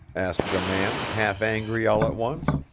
asked the man, half-angry all at once.